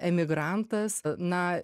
emigrantas na